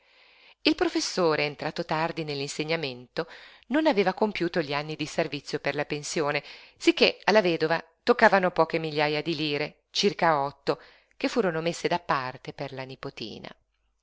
il professore entrato tardi nell'insegnamento non aveva compiuto gli anni di servizio per la pensione sicché alla vedova toccavano poche migliaja di lire circa otto che furono messe da parte per la nipotina